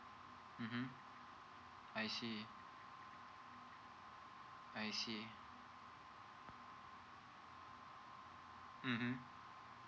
mmhmm I see I see mmhmm